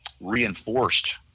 reinforced